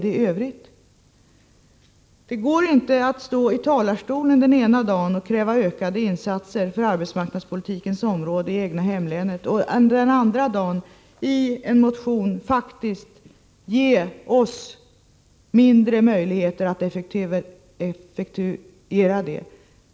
Det går inte att ena dagen stå i talarstolen och kräva ökade insatser på arbetsmarknadspolitikens område i det egna hemlänet och den andra dagen lägga fram en motion med förslag om att vi skulle få mindre möjligheter att effektuera detta.